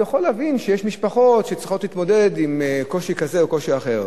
הוא יכול להבין שיש משפחות שצריכות להתמודד עם קושי כזה או אחר.